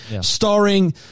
starring